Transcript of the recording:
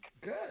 good